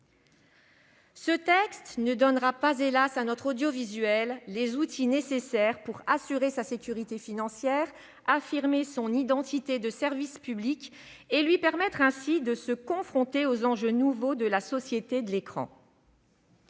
Ce texte ne donnera pas, hélas, à notre audiovisuel, les outils nécessaires pour assurer sa sécurité financière et affirmer son identité de service public, lui permettant ainsi de se confronter aux enjeux nouveaux de la société de l'écran.